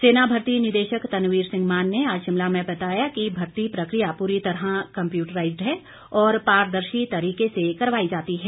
सेना भर्ती निदेशक तनवीर सिंह मान ने आज शिमला में बताया कि भर्ती प्रक्रिया पूरी तरह कम्पयूटराईज्ड है और पारदर्शी तरीके से करवाई जाती है